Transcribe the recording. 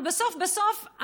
אבל בסוף בסוף,